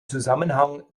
zusammenhang